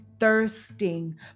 thirsting